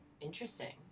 Interesting